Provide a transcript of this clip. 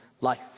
life